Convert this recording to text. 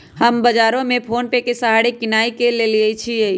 हम बजारो से फोनेपे के सहारे किनाई क लेईछियइ